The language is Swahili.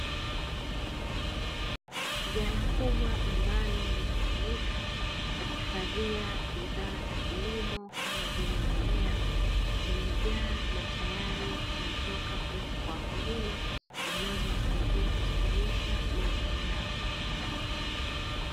Ghala kubwa ambalo linatumika kuhifadhia bidhaa za kilimo kama vile mbolea zimejaa na tayari zinatoka kwenda kwa wakulima, zinazowasaidia kustawisha mazao yao.